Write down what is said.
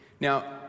Now